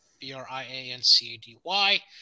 B-R-I-A-N-C-A-D-Y